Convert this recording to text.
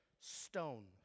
stone